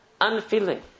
unfeeling